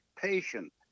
patient